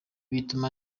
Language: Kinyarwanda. bituma